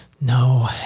No